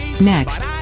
Next